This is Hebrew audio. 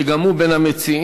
שגם הוא בין המציעים,